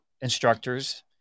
instructors